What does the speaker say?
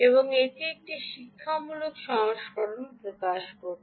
এবং এটি একটি শিক্ষামূলক সংস্করণ প্রকাশ করেছে